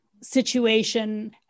situation